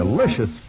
Delicious